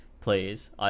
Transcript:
Please